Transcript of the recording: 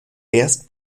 erst